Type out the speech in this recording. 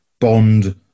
bond